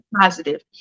positive